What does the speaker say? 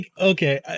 okay